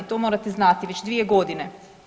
To morate znati, već 2 godine.